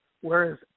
whereas